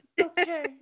Okay